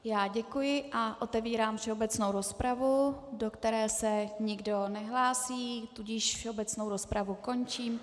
Já děkuji a otevírám všeobecnou rozpravu, do které se nikdo nehlásí, tudíž všeobecnou rozpravu končím.